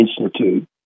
Institute